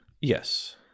Yes